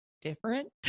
different